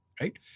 right